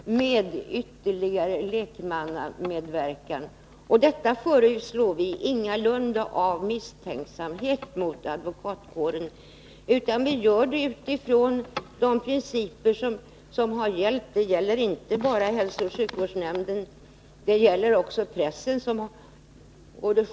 Det är ingalunda på grund av misstänksamhet mot advokatkåren som vi föreslår en utvidgning av lekmannainflytandet, utan vi gör det utifrån de principer som har gällt på andra områden. Jag tänker inte bara på hälsooch sjukvårdens ansvarsnämnd utan också på pressens opinionsnämnd.